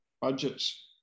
budgets